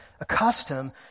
accustomed